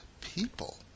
people